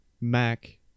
Mac